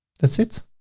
that's it.